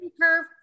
curve